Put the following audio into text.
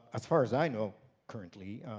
as far as i know currently,